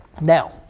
Now